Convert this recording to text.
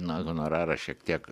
na honorarą šiek tiek